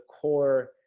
core